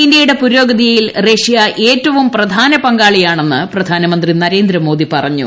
ഇന്ത്യയുടെ പുരോഗതിയിൽ റഷ്യ ഏറ്റവും പ്രധാന പങ്കാളിയാണെന്ന് പ്രധാനമന്ത്രി നരേന്ദ്രമോദി പറഞ്ഞു